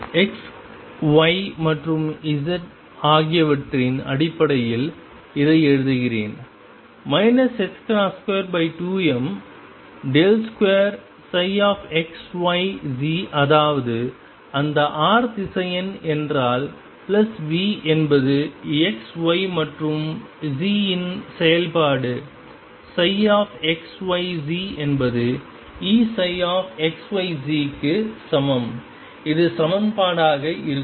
x y மற்றும் z ஆகியவற்றின் அடிப்படையில் இதை எழுதுகிறேன் 22m2ψxyz அதாவது அந்த r திசையன் என்றால் பிளஸ் V என்பது x y மற்றும் z இன் செயல்பாடு ψxyz என்பது E ψxyz க்கு சமம் இது சமன்பாடாக இருக்கும்